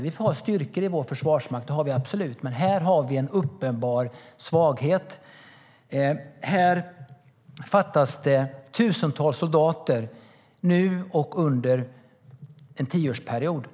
Vi har styrkor i vår försvarsmakt, absolut, men här har vi en uppenbar svaghet. Här fattas det tusentals soldater, nu och under en tioårsperiod.